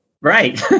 right